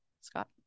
Scott